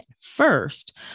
First